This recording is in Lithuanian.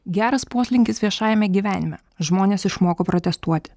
geras poslinkis viešajame gyvenime žmonės išmoko protestuoti